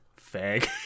fag